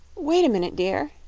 wait a minute, dear,